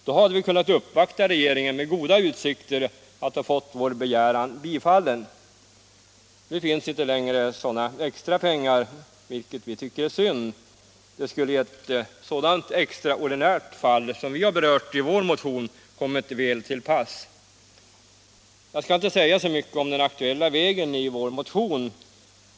Då hade vi kunnat uppvakta regeringen med goda utsikter att få vår begäran bifallen. Nu finns det inte längre sådana extra pengar, vilket vi tycker är synd; det skulle i ett sådant extraordinärt fall som det vi berört i vår motion ha kommit väl till pass. Jag skall inte säga så mycket om den aktuella vägen i vår motion.